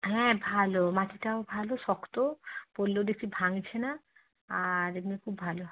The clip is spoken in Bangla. হ্যাঁ ভালো মাটিটাও ভালো শক্ত পড়লেও দেখছি ভাঙছে না আর এমনি খুব ভালো